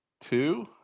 two